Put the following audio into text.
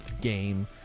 game